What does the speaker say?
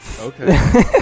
Okay